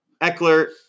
Eckler